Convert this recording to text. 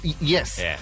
Yes